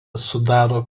sudaro